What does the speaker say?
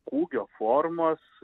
kūgio formos